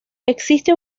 existe